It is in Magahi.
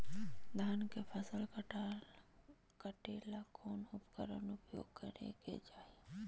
धान के फसल काटे ला कौन उपकरण उपयोग करे के चाही?